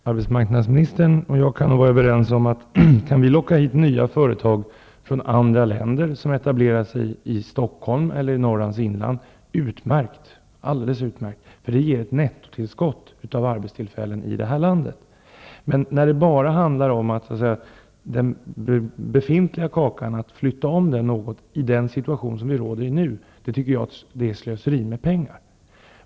Herr talman! Arbetsmarknadsministern och jag kan vara överens om att det är alldeles utmärkt om vi kan locka hit företag från andra länder som etablerar sig i Stockholm elller i Norrlands inland. Det ger ett nettotillskott av arbetstillfällen här i landet. Men när det bara handlar om att flytta om den befintliga kakan, i nuvarande situation, är det slöseri med pengar.